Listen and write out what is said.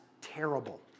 terrible